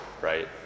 right